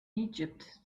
egypt